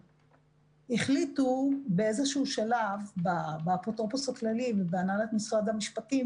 החליטו באיזה שלב באפוטרופוס הכללי ובהנהלת משרד המשפטים,